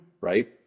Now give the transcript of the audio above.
right